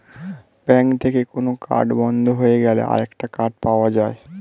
bank থেকে কোন card বন্ধ হয়ে গেলে আরেকটা কার্ড পাওয়া যায়